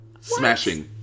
Smashing